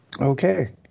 Okay